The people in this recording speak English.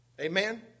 Amen